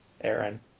Aaron